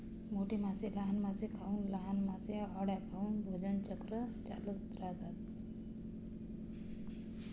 मोठे मासे लहान मासे खाऊन, लहान मासे अळ्या खाऊन भोजन चक्र चालवत राहतात